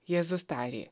jėzus tarė